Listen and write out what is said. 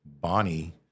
Bonnie